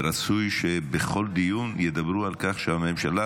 ורצוי שבכל דיון ידברו על כך שהממשלה,